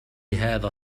هذا